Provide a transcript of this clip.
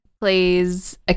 plays